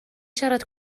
siarad